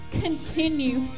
Continue